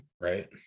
right